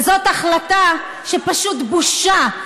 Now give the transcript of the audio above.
וזאת החלטה שפשוט בושה.